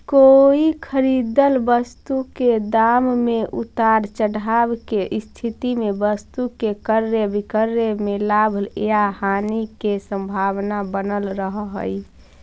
कोई खरीदल वस्तु के दाम में उतार चढ़ाव के स्थिति में वस्तु के क्रय विक्रय में लाभ या हानि के संभावना बनल रहऽ हई